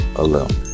alone